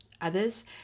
others